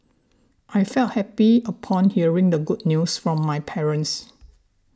I felt happy upon hearing the good news from my parents